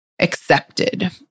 accepted